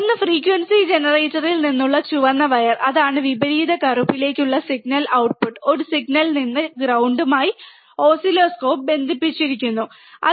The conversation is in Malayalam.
ഒന്ന് ഫ്രീക്വൻസി ജനറേറ്ററിൽ നിന്നുള്ള ചുവന്ന വയർ അതാണ് വിപരീത കറുപ്പിലേക്കുള്ള സിഗ്നൽ ഔട്ട്പുട്ട് ഒരു സിഗ്നലിൽ നിന്ന് ഗ്രൌണ്ടും ആയി ഓസിലോസ്കോപ്പ് ബന്ധിപ്പിച്ചിരിക്കുന്